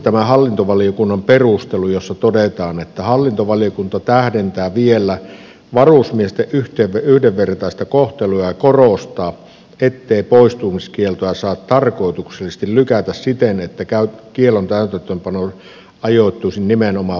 tässä hallintovaliokunnan perustelussa todetaan että hallintovaliokunta tähdentää vielä varusmiesten yhdenvertaista kohtelua ja korostaa ettei poistumiskieltoa saa tarkoituksellisesti lykätä siten että kiellon täytäntöönpano ajoittuisi nimenomaan viikonloppuvapaalle